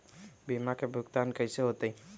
बीमा के भुगतान कैसे होतइ?